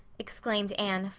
exclaimed anne,